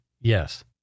Yes